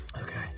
Okay